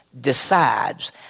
decides